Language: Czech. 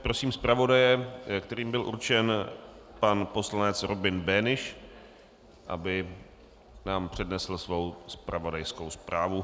Prosím zpravodaje, kterým byl určen pan poslanec Robin Böhnisch, aby nám přednesl svou zpravodajskou zprávu.